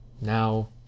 Now